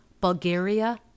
bulgaria